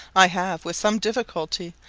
i have, with some difficulty,